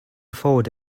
forward